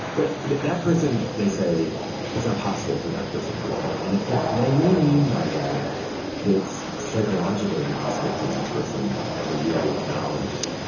but that that person, they say it's not possible for that person to repent. and they may mean by that that it's psychologically impossible for that person to ever really acknowledge,